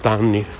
anni